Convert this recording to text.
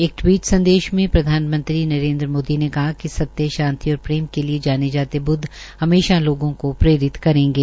एक टिवीट संदेश में प्रधानमंत्री नरेन्द्र मोदी ने कहा कि सत्य शांति और प्रेम के लिये जाने जाते ब्दव हमेशा लोगों को प्रेरित करेंगे